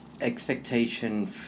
expectation